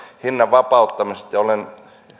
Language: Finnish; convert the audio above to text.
hinnan vapauttamisesta ja olen